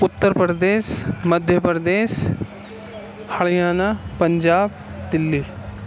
Uttar Pradesh Madhya Pradesh Haryana Punjab Delhi